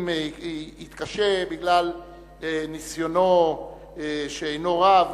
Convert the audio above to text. אם יתקשה בגלל ניסיונו שאינו רב,